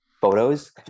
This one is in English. photos